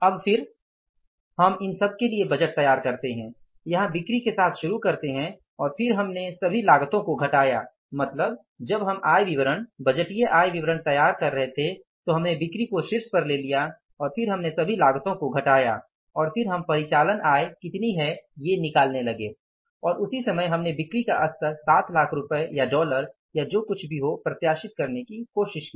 अब फिर हम इन सब के लिए बजट तैयार करते हैं यहां बिक्री के साथ शुरू करते हैं और फिर हमने सभी लागतों को घटाया मतलब जब हम आय विवरण बजटीय आय विवरण तैयार कर रहे थे तो हमने बिक्री को शीर्ष पर ले लिया और फिर हमने सभी लागतों को घटाया और फिर हम परिचालन आय कितनी है ये निकलने लगे और उसी समय हमने बिक्री का स्तर ७ लाख रुपये या डॉलर या जो कुछ भी हो प्रत्याशित करने की कोशिश की